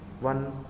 one